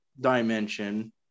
dimension